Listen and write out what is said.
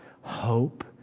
hope